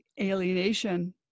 alienation